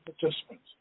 participants